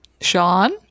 Sean